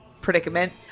predicament